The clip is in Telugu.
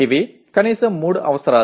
ఇవి కనీస మూడు అవసరాలు